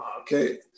Okay